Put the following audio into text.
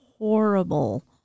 horrible